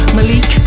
Malik